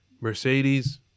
Mercedes